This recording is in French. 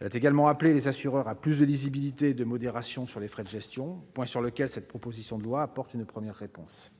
Elle a également appelé les assureurs à plus de lisibilité et de modération sur les frais de gestion, point sur lequel cette proposition de loi apporte une première réponse.